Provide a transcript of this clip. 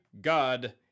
God